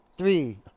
Three